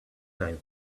time